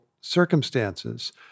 circumstances